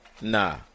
Nah